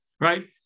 right